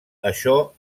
això